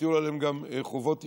הטילו עליהם גם חובות אישיות.